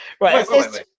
Right